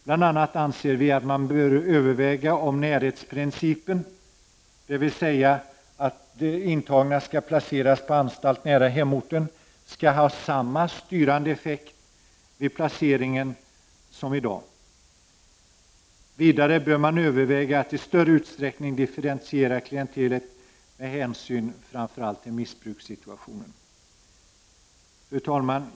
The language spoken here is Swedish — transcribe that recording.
Bl.a. anser vi att man bör överväga om närhetsprincipen, dvs. att intagna skall placeras på anstalt nära hemorten, skall ha samma styrande effekt vid placeringen som i dag. Vidare bör man överväga att i större utsträckning differentiera klientelet med hänsyn framför allt till missbrukssituationen. Fru talman!